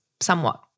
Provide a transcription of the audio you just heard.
somewhat